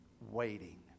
waiting